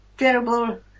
Terrible